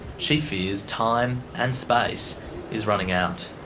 she fears time and space is running out.